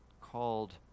called